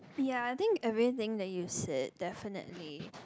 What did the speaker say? ya I think everything that you said definitely